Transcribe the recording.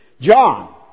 John